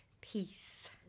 peace